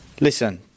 Listen